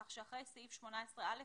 כך שאחרי סעיף 18א יבוא: